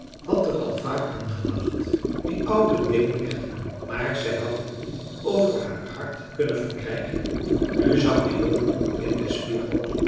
had er al vaak aan gedacht die oude dingen weg te doen maar zij had het niet over haar hart kunnen verkrijgen nu zag de jongen in den spiegel